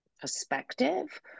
perspective